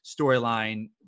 storyline